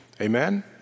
Amen